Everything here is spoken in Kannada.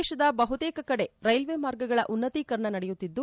ದೇಶದ ಬಹುತೇಕ ಕಡೆ ರೈಲ್ವೆ ಮಾರ್ಗಗಳ ಉನ್ನತೀಕರಣ ನಡೆಯುತ್ತಿದ್ದು